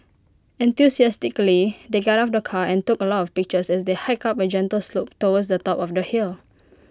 enthusiastically they got out of the car and took A lot of pictures as they hiked up A gentle slope towards the top of the hill